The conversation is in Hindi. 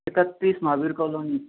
इकत्तीस महावीर कॉलोनी